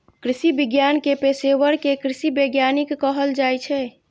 कृषि विज्ञान के पेशवर कें कृषि वैज्ञानिक कहल जाइ छै